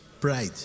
Pride